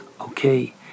Okay